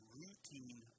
routine